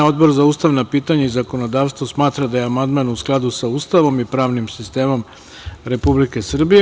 Odbor za ustavna pitanja i zakonodavstvo smatra da je amandman u skladu sa Ustavom i pravnim sistemom Republike Srbije.